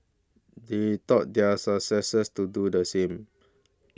he taught their successors to do the same